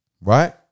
Right